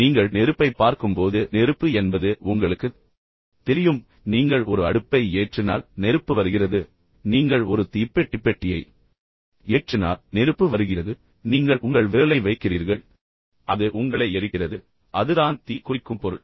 நீங்கள் நெருப்பைப் பார்க்கும்போது நெருப்பு என்பது உங்களுக்குத் தெரியும் நீங்கள் ஒரு அடுப்பை ஏற்றினால் நெருப்பு வருகிறது பின்னர் நீங்கள் ஒரு தீப்பெட்டி பெட்டியை ஏற்றினால் நெருப்பு வருகிறது பின்னர் நீங்கள் உங்கள் விரலை வைக்கிறீர்கள் அது உங்களை எரிக்கிறது அதுதான் தீ குறிக்கும் பொருள்